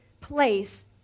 place